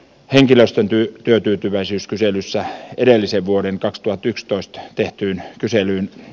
henkilöstön työtyytyväisyyskyselyssä edellisen vuoden kakstuhatyksitoista tehtyyn kyselyyn